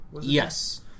Yes